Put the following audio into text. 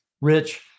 Rich